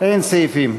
אין סעיפים,